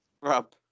Rob